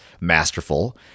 masterful